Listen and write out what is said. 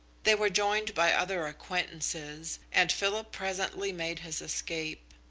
they were joined by other acquaintances, and philip presently made his escape.